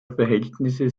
verhältnisse